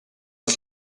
els